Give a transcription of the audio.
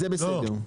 לא,